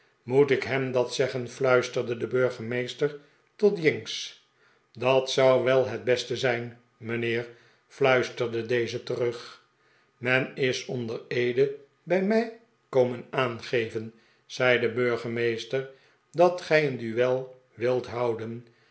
moet ik hem dat zeggen fluisterde de burgemeester tot jinks dat zou wel het beste zijn mijnheer fluisterde deze terug men is onder eede bij mij komen aangeven zei de burgemeester dat gij een duel wilt houden